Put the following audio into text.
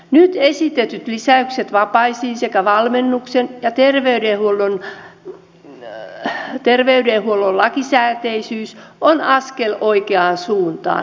nyt esitetyt lisäykset vapaisiin sekä valmennuksen ja terveydenhuollon lakisääteisyys ovat askel oikeaan suuntaan